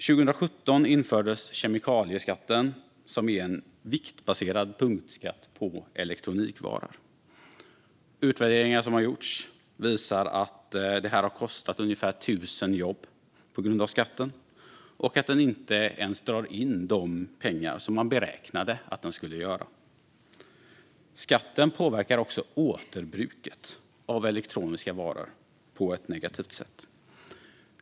År 2017 infördes kemikalieskatten, som är en viktbaserad punktskatt på elektronikvaror. Utvärderingar som gjorts visar att skatten har kostat oss ungefär tusen jobb och att den inte ens drar in de pengar som man beräknade att den skulle dra in. Skatten påverkar också återbruket av elektroniska varor på ett negativt sätt.